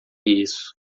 isso